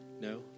No